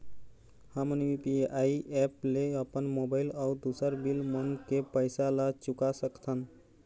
हमन UPI app ले अपन मोबाइल अऊ दूसर बिल मन के पैसा ला चुका सकथन